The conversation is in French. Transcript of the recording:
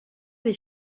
des